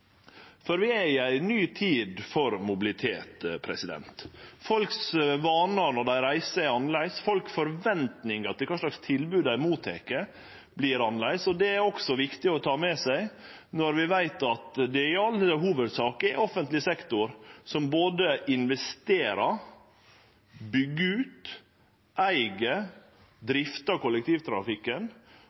for vi er i ei ny tid for mobilitet. Reisevanane til folk er annleis. Forventingane folk har til kva slags tilbod dei mottek, vert annleis. Dette er også viktig å ta med seg når vi veit at det i all hovudsak er offentleg sektor som både investerer, byggjer ut, eig og driftar kollektivtrafikken,